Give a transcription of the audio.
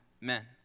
men